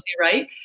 right